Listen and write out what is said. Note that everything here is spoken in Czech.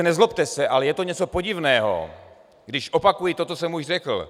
Nezlobte se, ale je to něco podivného, když opakuji to, co jsem už řekl.